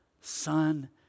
Son